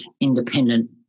independent